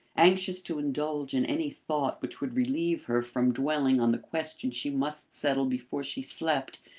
anxious to indulge in any thought which would relieve her from dwelling on the question she must settle before she slept,